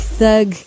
Thug